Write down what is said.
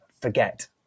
forget